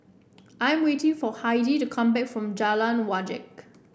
I am waiting for Heidy to come back from Jalan Wajek